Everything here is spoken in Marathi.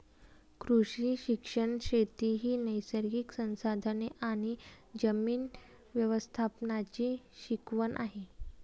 कृषी शिक्षण शेती ही नैसर्गिक संसाधने आणि जमीन व्यवस्थापनाची शिकवण आहे